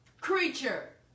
creature